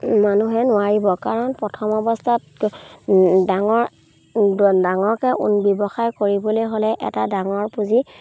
মানুহে নোৱাৰিব কাৰণ প্ৰথম অৱস্থাত ডাঙৰ ডাঙৰকৈ ব্যৱসায় কৰিবলৈ হ'লে এটা ডাঙৰ পুঁজি